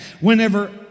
whenever